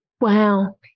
Wow